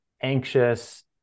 anxious